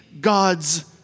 God's